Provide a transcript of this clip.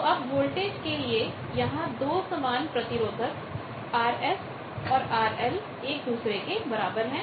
तो अब वोल्टेज के लिए यहां दो समान प्रतिरोधक RS RL है